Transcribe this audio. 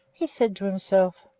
he said to himself,